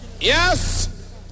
Yes